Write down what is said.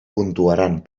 puntuaran